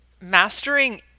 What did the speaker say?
Mastering